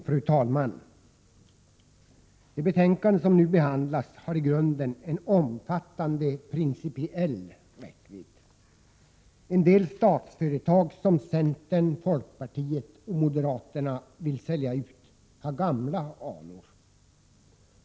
Fru talman! Det betänkande som nu behandlas har i grunden en omfattande principiell räckvidd. En del statsföretag som centern, folkpartiet och moderaterna vill sälja ut har gamla anor.